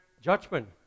judgment